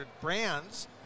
brands